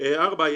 ארבע,